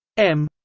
m